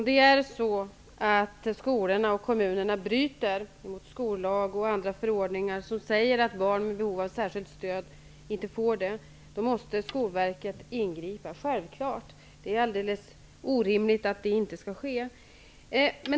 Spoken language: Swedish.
Herr talman! Om skolorna och kommunerna bryter mot skollagen och andra förordningar som säger att barn med behov av särskilt stöd skall få det, då måste Skolverket självklart ingripa. Det är alldeles orimligt annars.